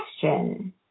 question